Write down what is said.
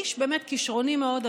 איש באמת כישרוני מאוד,